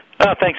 thanks